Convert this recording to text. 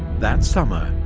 that summer,